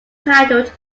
titled